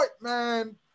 man